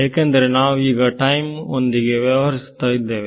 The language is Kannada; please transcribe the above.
ಏಕೆಂದರೆ ಈಗ ನಾವು ಟೈಮ್ ಒಂದಿಗೆ ವ್ಯವಹರಿಸುತ್ತ ಇದ್ದೇವೆ